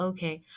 Okay